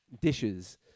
dishes